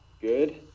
good